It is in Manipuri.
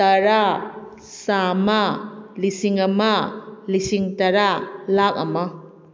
ꯇꯔꯥ ꯆꯥꯝꯃ ꯂꯤꯁꯤꯡ ꯑꯃ ꯂꯤꯁꯤꯡ ꯇꯔꯥ ꯂꯥꯛ ꯑꯃ